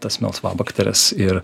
tas melsvabakteres ir